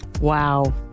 Wow